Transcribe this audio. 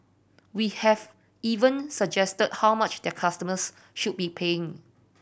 we have even suggested how much their customers should be paying